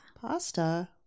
Pasta